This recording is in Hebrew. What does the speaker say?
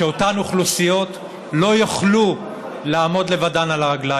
שאותן אוכלוסיות לא יוכלו לעמוד לבדן על הרגליים.